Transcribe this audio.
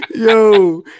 Yo